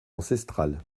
ancestrales